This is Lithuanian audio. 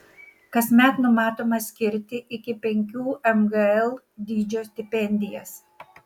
kasmet numatoma skirti iki penkių mgl dydžio stipendijas